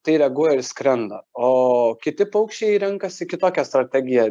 tai reaguoja ir skrenda o kiti paukščiai renkasi kitokią strategiją